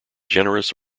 generous